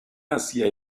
hacia